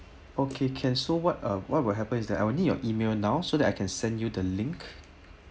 okay can so what uh what will happen is that I will need your email now so that I can send you the link